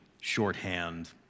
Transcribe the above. shorthand